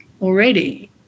already